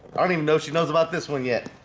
i don't even know she knows about this one yet.